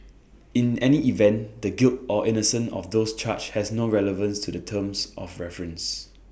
in any event the guilt or innocence of those charged has no relevance to the terms of reference